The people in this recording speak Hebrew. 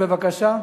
בבקשה.